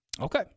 Okay